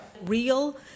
Real